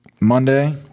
Monday